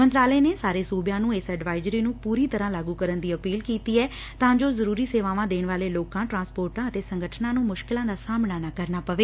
ਮੰਤਰਾਲੇ ਨੇ ਸਾਰੇ ਸੂਬਿਆਂ ਨੂੰ ਇਸ ਐਡਵਾਇਜਰੀ ਨੂੰ ਪੂਰੀ ਤਰਾਂ ਲਾਗੁ ਕਰਨ ਦੀ ਅਪੀਲ ਕੀਤੀ ਐ ਤਾਂ ਜੋ ਜ਼ਰੁਰੀ ਸੇਵਾਵਾਂ ਦੇਣ ਵਾਲੇ ਲੋਕਾਂ ਟਰਾਂਸਪੋਟਰਾਂ ਅਤੇ ਸੰਗਠਨਾਂ ਨੂੰ ਮੁਸ਼ਕਿਲਾ ਦਾ ਸਾਹਮਣਾ ਨਾ ਕਰਨਾ ਪਵੇ